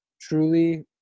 truly